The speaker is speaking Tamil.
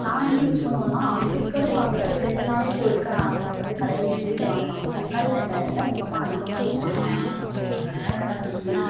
நான் என்ன யூஸ் பண்ணுவன்னா அடிக்கடி வாங்குறது ரெண்டு நாளைக்கு ஒருக்க நாங்கள் வந்து கடையில் எங்கள் வீட்டில் கடையில் வந்து வாங்குவாங்க தக்காளி வெங்காயம் தான் எங்கள்ம்மா அதிகமாக யூஸ் பண்ணுவாங்க